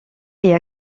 est